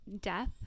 death